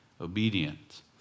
obedient